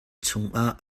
chungah